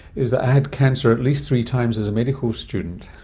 is that i had cancer at least three times as a medical student,